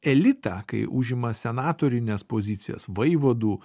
elitą kai užima senatorines pozicijas vaivadų